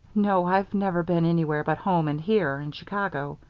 no, i've never been anywhere but home and here, in chicago.